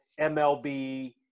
MLB